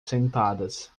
sentadas